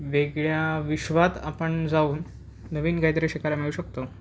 वेगळ्या विश्वात आपण जाऊन नवीन काहीतरी शिकायला मिळू शकतो